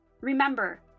Remember